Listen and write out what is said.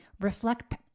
reflect